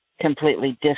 completely